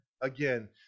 again